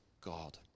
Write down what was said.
God